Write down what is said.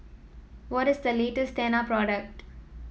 what is the latest Tena product